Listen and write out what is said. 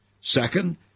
Second